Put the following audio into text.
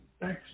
Thanks